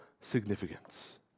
significance